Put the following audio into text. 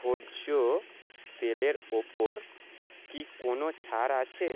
ভোজ্য তেলের ওপর কি কোনও ছাড় আছে